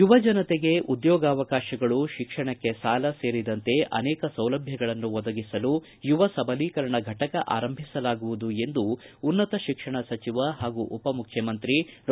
ಯುವ ಜನತೆಗೆ ಉದ್ನೋಗಾವಕಾಶಗಳು ಶಿಕ್ಷಣಕ್ಕೆ ಸಾಲ ಸೇರಿದಂತೆ ಅನೇಕ ಸೌಲಭ್ಯಗಳನ್ನು ಒದಗಿಸಲು ಯುವ ಸಬಲೀಕರಣ ಫಟಕ ಆರಂಭಿಸಲಾಗುವುದು ಎಂದು ಉನ್ನತ ಶಿಕ್ಷಣ ಸಚಿವ ಹಾಗೂ ಉಪಮುಖ್ಯಮಂತ್ರಿ ಡಾ